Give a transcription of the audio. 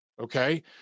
okay